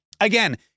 again